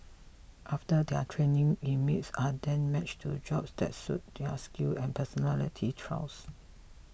after their training inmates are then matched to jobs that suit their skill and personality traits